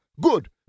good